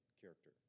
character